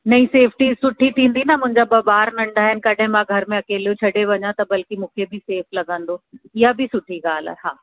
नही सेफ्टी सुठी थींदी न मुंहिंजा ॿ ॿार नंढा आहिनि कॾहिं मां घर में अकेलो छॾे वञा त बल्कि मूंखे बि सेफ लॻंदो इहा बि सुठी ॻाल्हि आहे हा